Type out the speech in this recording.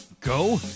go